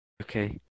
Okay